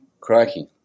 cracking